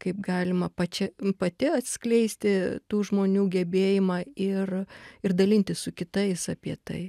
kaip galima pačia pati atskleisti tų žmonių gebėjimą ir ir dalintis su kitais apie tai